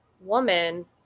woman